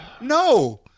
no